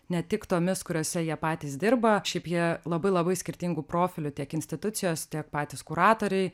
ne tik tomis kuriose jie patys dirba šiaip jie labai labai skirtingų profilių tiek institucijos tiek patys kuratoriai